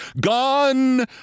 Gone